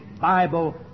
Bible